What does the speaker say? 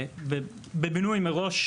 בבינוי מראש,